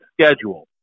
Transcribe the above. schedule